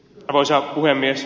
arvoisa puhemies